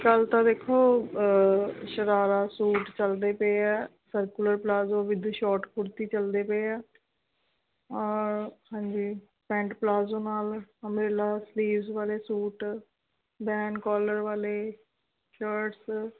ਅੱਜ ਕੱਲ੍ਹ ਤਾਂ ਦੇਖੋ ਸ਼ਰਾਰਾ ਸੂਟ ਚੱਲਦੇ ਪਏ ਹੈ circular palazzo with short kurti ਚੱਲਦੇ ਪਏ ਹੈ ਔਰ ਹਾਂਜੀ ਪੈਂਟ ਪਲਾਜ਼ੋ ਨਾਲ ਅਮਰੇਲਾ ਸਲੀਵਸ ਵਾਲੇ ਸੂਟ ਬੈਨ ਕੋਲਰ ਵਾਲੇ ਸ਼ਰਟਸ